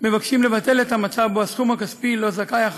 מבקשים לבטל את המצב שבו הסכום הכספי שזכאי לו